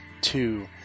two